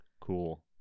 cool